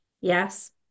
Yes